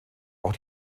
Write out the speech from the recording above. auch